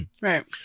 Right